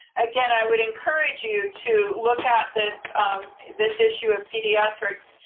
again, i would encourage you to look at this this issue of pediatrics,